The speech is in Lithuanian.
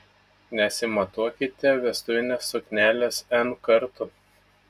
nesimatuokite vestuvinės suknelės n kartų